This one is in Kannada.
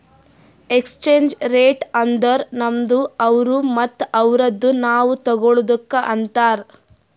ಎಕ್ಸ್ಚೇಂಜ್ ರೇಟ್ ಅಂದುರ್ ನಮ್ದು ಅವ್ರು ಮತ್ತ ಅವ್ರುದು ನಾವ್ ತಗೊಳದುಕ್ ಅಂತಾರ್